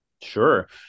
sure